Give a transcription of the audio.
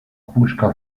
puszka